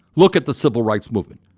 look at the civil rights movement.